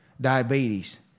diabetes